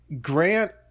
Grant